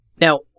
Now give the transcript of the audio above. now